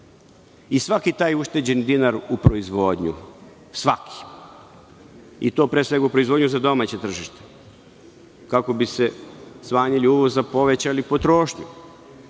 I svaki taj ušteđeni dinar u proizvodnju, svaki. I to pre svega u proizvodnju za domaće tržište, kako bi smanjili uvoz, a povećali potrošnju.